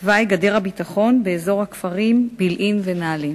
תוואי גדר הביטחון באזור הכפרים בילעין ונעלין.